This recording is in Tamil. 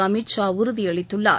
அமித் ஷா உறுதியளித்துள்ளார்